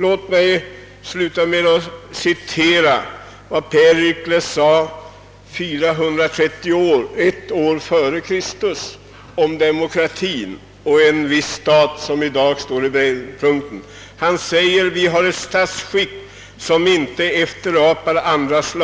Låt mig sluta med att citera vad Perikles sade år 431 före Kristus om demokratin och en viss stat, som i dag står i brännpunkten: »Vi har ett statsskick som inte efterapar andras